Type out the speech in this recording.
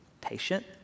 patient